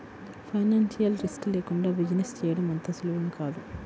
financial risk లేకుండా business చేయడం అంత సులువేమీ కాదు